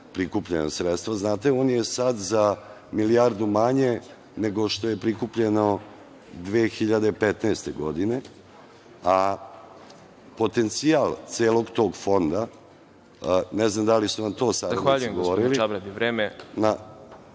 prikupljena sredstva. Znate, on je sad za milijardu manje nego što je prikupljeno 2015. godine, a potencijal celog tog fonda, ne znam da li su vam to saradnici govorili…